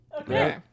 Okay